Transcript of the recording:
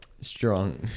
strong